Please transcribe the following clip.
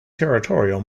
territorial